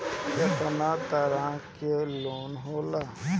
केतना तरह के लोन होला?